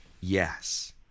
Yes